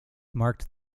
marked